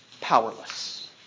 powerless